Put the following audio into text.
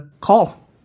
call